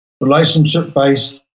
relationship-based